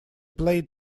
played